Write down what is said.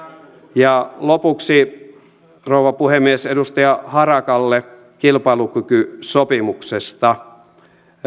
ja lopuksi rouva puhemies edustaja harakalle kilpailukykysopimuksesta